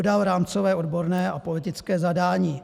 Hledat rámcové, odborné a politické zadání?